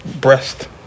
Breast